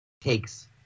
takes